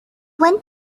went